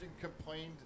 complained